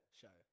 show